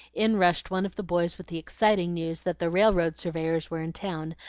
in rushed one of the boys with the exciting news that the railroad surveyors were in town,